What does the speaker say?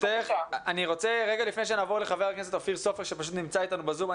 לפני שנעבור לחבר הכנסת סופר שנמצא אתנו בזום,